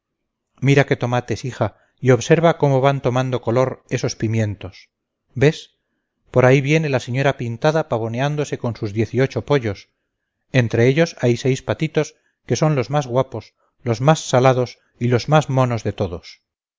mira qué tomates hija y observa cómo van tomando color esos pimientos ves por ahí viene la señora pintada pavoneándose con sus diez y ocho pollos entre ellos hay seis patitos que son los más guapos los más salados y los más monos de todos